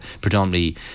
predominantly